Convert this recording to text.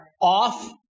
off